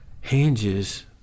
hinges